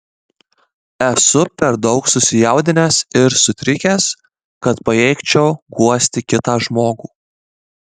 esu per daug susijaudinęs ir sutrikęs kad pajėgčiau guosti kitą žmogų